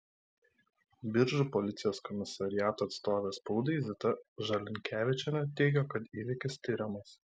biržų policijos komisariato atstovė spaudai zita žalinkevičienė teigė kad įvykis tiriamas